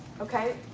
Okay